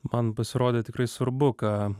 man pasirodė tikrai svarbu ką